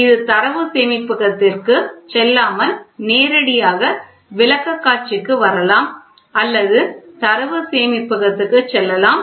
இது தரவு சேமிப்பகத்திற்குச் செல்லாமல் நேரடியாக விளக்கக்காட்சிக்கு வரலாம் அல்லது தரவு சேமிப்பகத்துக்கு செல்லலாம்